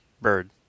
bird